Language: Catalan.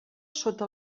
sota